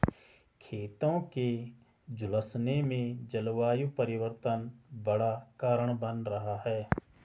खेतों के झुलसने में जलवायु परिवर्तन बड़ा कारण बन रहा है